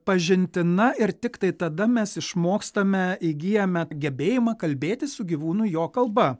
pažintina ir tiktai tada mes išmokstame įgyjame gebėjimą kalbėtis su gyvūnu jo kalba